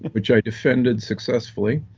which i defended successfully,